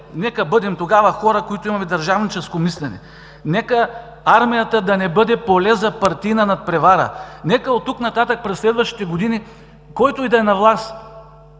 нека бъдем хора, които имаме държавническо мислене; нека армията да не бъде поле за партийна надпревара; нека оттук нататък – през следващите години който и да е на власт